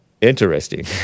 Interesting